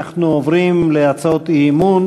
אנחנו עוברים להצעות אי-אמון.